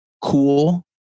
cool